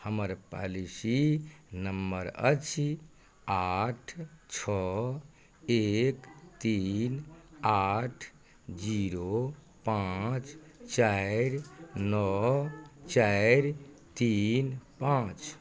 हमर policy number अछि आठ छओ एक तीन आठ जीरो पाँच चारि नओ चारि तीन पाँच